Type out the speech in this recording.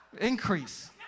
Increase